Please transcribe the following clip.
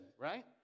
right